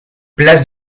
place